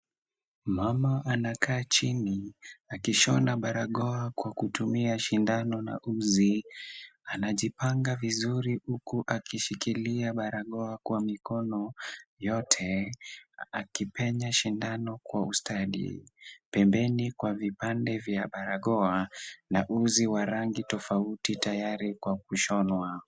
Mama anakaa chini akishona barakoa kwa kutumia sindano na uzi, anajipanga vizuri huku akishikilia barakoa kwa mikono yote na akipenya sindano kwa ustadi. Pembeni kwa vipande vya barakoa na uzi wa rangi tofauti tayari kwa kushonwa.